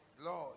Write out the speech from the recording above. Lord